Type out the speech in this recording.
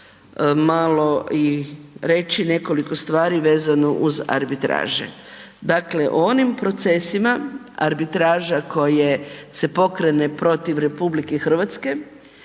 malo i reći nekoliko stvari vezano uz arbitraže, dakle o onim procesima arbitraža koje se pokrene protiv RH zastupanje